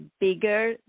bigger